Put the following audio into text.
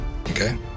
Okay